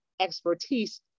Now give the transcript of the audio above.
expertise